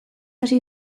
hasi